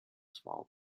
small